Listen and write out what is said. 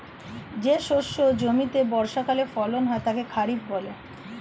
যে শস্য জমিতে বর্ষাকালে ফলন হয় তাকে খরিফ বলে